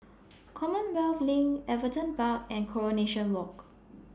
Commonwealth LINK Everton Park and Coronation Walk